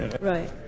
Right